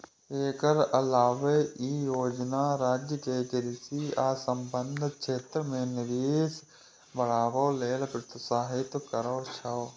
एकर अलावे ई योजना राज्य कें कृषि आ संबद्ध क्षेत्र मे निवेश बढ़ावे लेल प्रोत्साहित करै छै